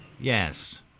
Yes